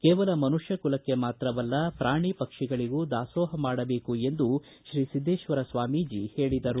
ಕೇವಲ ಮನುಷ್ಠ ಕುಲಕ್ಕೆ ಮಾತ್ರವಲ್ಲ ಪ್ರಾಣಿ ಪಕ್ಷಿಗಳಗೂ ದಾಸೋಹ ಮಾಡಬೇಕು ಎಂದು ಶ್ರೀ ಸಿದ್ದೇಶ್ವರ ಸ್ವಾಮೀಜಿ ಹೇಳಿದರು